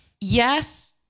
Yes